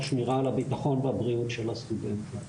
שמירה על הביטחון והבריאות של הסטודנטים.